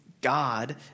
God